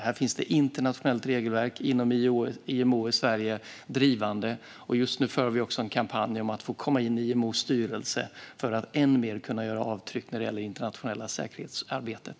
Det finns ett internationellt regelverk inom IMO i Sverige. Just nu bedriver vi också en kampanj för att få komma in i IMO:s styrelse för att kunna göra än mer avtryck i det internationella säkerhetsarbetet.